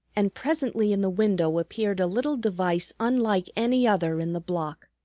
and presently in the window appeared a little device unlike any other in the block.